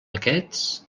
aquests